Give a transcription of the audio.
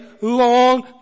long